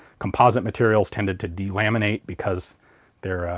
composite materials tended to delaminate because they're.